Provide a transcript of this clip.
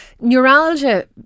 Neuralgia